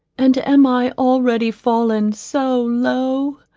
and am i already fallen so low?